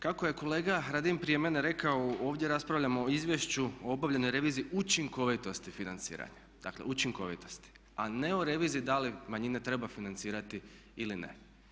Kako je kolega Radin prije mene rekao, ovdje raspravljamo Izvješću o obavljenoj reviziji učinkovitosti financiranja, dakle učinkovitosti a ne reviziji da li manjine treba financirati ili ne.